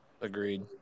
Agreed